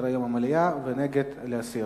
ההצעה שלא לכלול את הנושא בסדר-היום של הכנסת